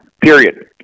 period